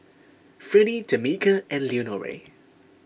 Freddie Tamika and Leonore